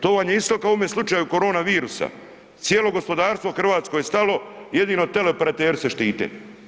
To vam je isto kao u ovome slučaju korona virusa, cijelo gospodarstvo u Hrvatskoj je stalo jedino teleoperateri se štite.